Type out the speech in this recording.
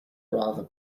rather